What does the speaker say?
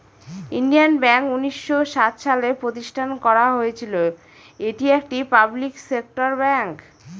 Indian bank উনিশশো সাত সালে প্রতিষ্ঠান করা হয়েছিল এটি একটি পাবলিক সেক্টর ব্যাঙ্ক